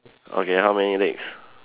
okay how many legs